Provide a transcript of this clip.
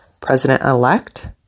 president-elect